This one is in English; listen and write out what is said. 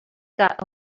got